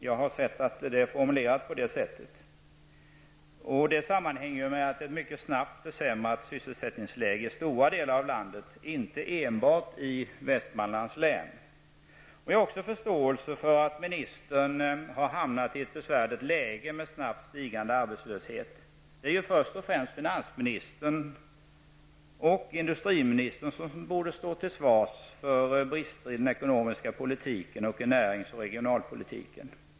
Jag har sett att det är formulerat på det sättet. Det sammanhänger med ett mycket snabbt försämrat sysselsättningsläge i stora delar av landet, inte enbart i Västmanlands län. Jag har också förståelse för att ministern har hamnat i ett besvärligt läge med snabbt stigande arbetslöshet. Det är först och främst finansministern och industriministern som borde stå till svars för brister i den ekonomiska politiken samt i närings och regionalpolitiken.